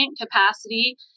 capacity